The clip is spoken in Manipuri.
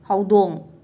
ꯍꯧꯗꯣꯡ